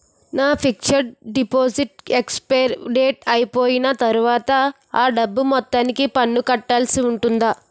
నా fixed deposit expiry date అయిపోయిన తర్వాత అ డబ్బు మొత్తానికి పన్ను కట్టాల్సి ఉంటుందా?